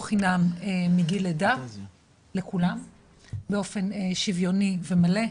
חינם מגיל לידה לכולם באופן שוויוני מלא.